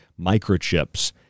microchips